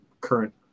current